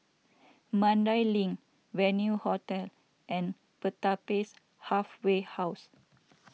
Mandai Link Venue Hotel and Pertapis Halfway House